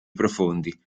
profondi